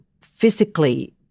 physically